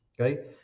okay